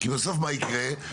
כי בסוף מה יקרה?